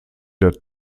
der